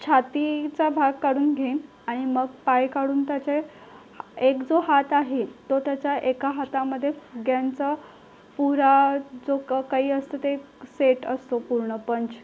छातीचा भाग काढून घेईन आणि मग पाय काढून त्याचे एक जो हात आहे तो त्याचा एका हातामध्ये फुग्यांचा पुरा जो क काही असतो ते सेट असतो पूर्ण बंच